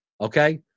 okay